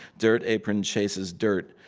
dirt apron chases dirt.